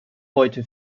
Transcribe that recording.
heute